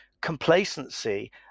complacency